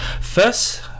First